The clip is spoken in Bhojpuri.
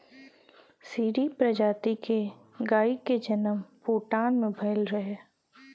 सीरी प्रजाति के गाई के जनम भूटान में भइल रहे